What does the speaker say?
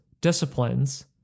disciplines